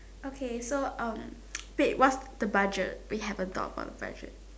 okay so um wait what's the budget we haven't talk about the budget